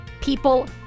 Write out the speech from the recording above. people